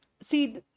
See